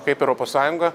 kaip europos sąjunga